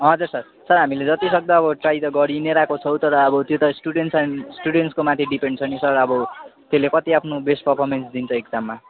हजुर sir sir हामीले जतिसक्दो अब ट्राई त गरि नै रहेको छौँ तर अब त्यो त स्टुडेन्ट्स एन्ड स्टुडेन्ट्सको माथि डिपेन्ड छ नि सर अब त्यसले कति आफ्नो बेस्ट पर्फर्मेन्स दिन्छ एक्जाममा